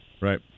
Right